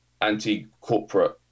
anti-corporate